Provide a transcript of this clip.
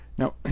Now